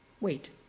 wait